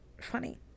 funny